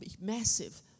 massive